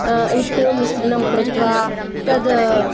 इट्ट् मिश्रिणं कृत्वा तत्